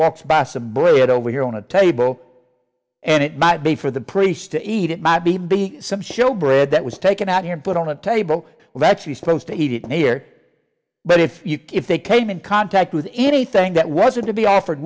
walks by some blue it over here on a table and it might be for the priest to eat it might be be some show bread that was taken out here and put on the table was actually supposed to eat it here but if if they came in contact with anything that wasn't to be offered